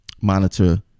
monitor